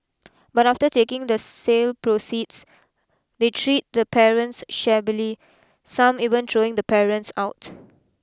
but after taking the sale proceeds they treat the parents shabbily some even throwing the parents out